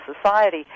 society